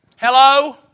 Hello